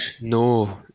No